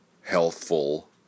healthful